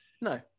No